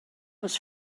was